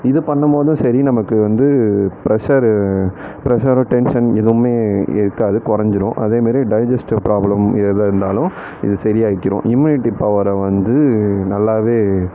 இது பண்ணும்போதும் சரி நமக்கு வந்து ப்ரஷரு ப்ரஷரு டென்ஷன் எதுவுமே இருக்காது குறஞ்சிரும் அதேமாரி டைஜிஸ்ட் ப்ராப்ளம் எதாக இருந்தாலும் இது சரியாக்கிரும் இம்முனிட்டிப் பவரை வந்து நல்லாவே